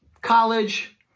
college